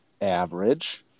Average